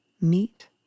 meet